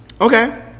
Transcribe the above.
Okay